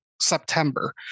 September